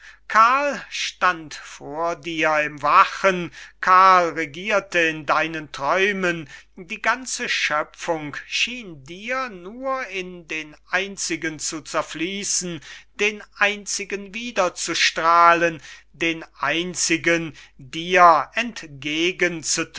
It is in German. karl stand vor dir im wachen karl regierte in deinen träumen die ganze schöpfung schien dir nur in den einzigen zu zerfliessen den einzigen wiederzustralen den einzigen dir entgegen